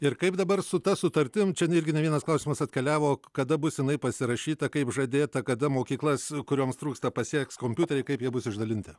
ir kaip dabar su ta sutartim irgi ne vienas klausimas atkeliavo kada bus jinai pasirašyta kaip žadėta kada mokyklas kurioms trūksta pasieks kompiuteriai kaip jie bus išdalinti